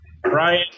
Brian